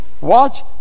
Watch